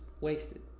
wasted